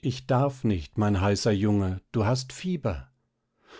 ich darf nicht mein heißer junge du hast fieber